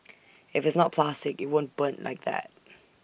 if it's not plastic IT won't burn like that